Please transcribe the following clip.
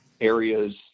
areas